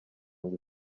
ngo